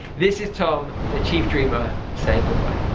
this is tom, the chief dreamer, saying goodbye.